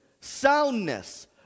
soundness